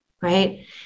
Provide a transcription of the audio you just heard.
right